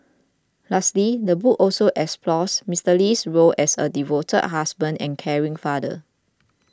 lastly the book also explores Mister Lee's role as a devoted husband and caring father